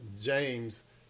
James